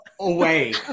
away